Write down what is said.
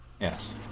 Yes